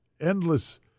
endless